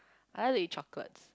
I love to eat chocolate